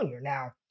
Now